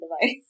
device